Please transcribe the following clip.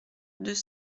deux